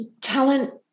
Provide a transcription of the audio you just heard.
talent